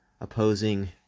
opposing